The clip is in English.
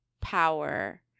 power